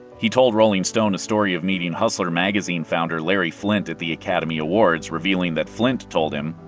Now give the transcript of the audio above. he told rolling stone a story of meeting hustler magazine founder larry flynt at the academy awards, revealing that flynt told him,